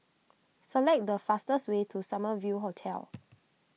select the fastest way to Summer View Hotel